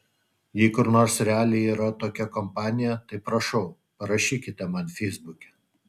jei kur nors realiai yra tokia kompanija tai prašau parašykite man feisbuke